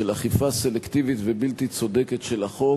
של אכיפה סלקטיבית ובלתי צודקת של החוק.